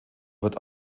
wird